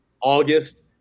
August